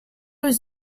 was